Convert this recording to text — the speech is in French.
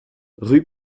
rue